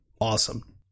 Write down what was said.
awesome